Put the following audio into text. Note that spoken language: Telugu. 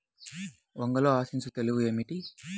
వంగలో ఆశించు తెగులు ఏమిటి?